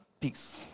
Peace